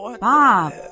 Bob